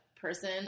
person